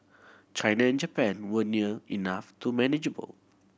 China and Japan were near enough to manageable